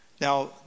Now